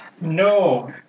No